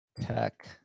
Tech